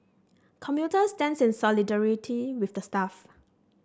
commuter stands in solidarity with the staff